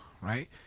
Right